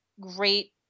great –